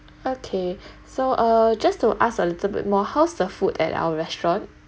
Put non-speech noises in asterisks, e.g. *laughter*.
okay *breath* so uh just to ask a little bit more how's the food at our restaurant